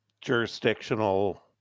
jurisdictional